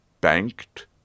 banked